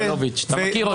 סגלוביץ', אתה מכיר אותם.